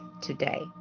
today